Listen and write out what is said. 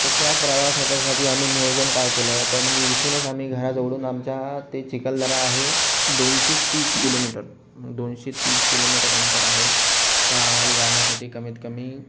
तर त्या प्रवासाच्यासाठी आम्ही नियोजन काय केलं तर म्हणजे इथूनच आम्ही घराजवळून आमच्या ते चिखलदरा आहे दोनशे तीस किलोमीटर मग दोनशे तीस किलोमीटर अंतर आहे तर आम्हाला जाण्यासाठी कमीत कमी